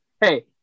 hey